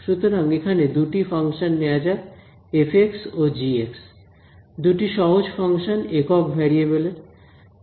সুতরাং এখানে দুটি ফাংশন নেওয়া যাক f ও g দুটি সহজ ফাংশন একক ভেরিয়েবলের